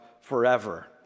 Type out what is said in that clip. forever